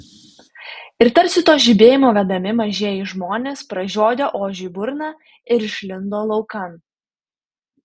ir tarsi to žibėjimo vedami mažieji žmonės pražiodė ožiui burną ir išlindo laukan